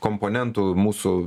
komponentų mūsų